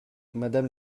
madame